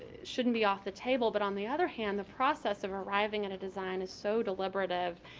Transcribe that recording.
shouldn't be off the table. but on the other hand, the process of arriving at design is so deliberative,